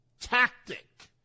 tactic